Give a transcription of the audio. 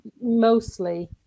mostly